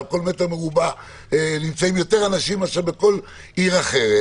על כל מטר מרובע לפעמים יותר אנשים מאשר בכל עיר אחרת